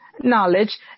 knowledge